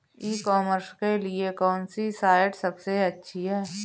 E commerce के लिए कौनसी साइट सबसे अच्छी है?